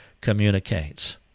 communicates